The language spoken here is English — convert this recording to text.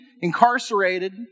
incarcerated